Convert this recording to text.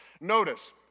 Notice